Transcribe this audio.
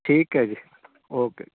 ਠੀਕ ਹੈ ਜੀ ਓਕੇ